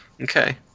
Okay